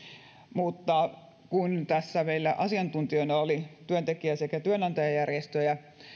mutta kun tässä meillä asiantuntijoina oli työntekijä sekä työnantajajärjestöjä